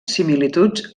similituds